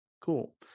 Cool